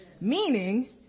Meaning